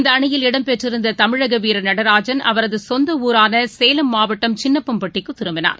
இந்தஅணியில் இடம் பெற்றிருந்ததமிழகவீரர் நடராஜன் அவரதுசொந்தஊரானசேலம் மாவட்டம் சின்னப்பம்பட்டிக்குதிரும்பினார்